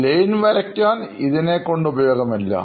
ഒരു ലൈൻ വരയ്ക്കാൻ ഇതിനെ കൊണ്ട് ഉപയോഗമില്ല